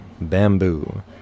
Bamboo